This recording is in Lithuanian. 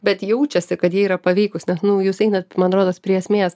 bet jaučiasi kad jie yra paveikūs nes nu jūs einat man rodos prie esmės